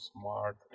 smart